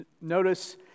Notice